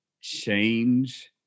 Change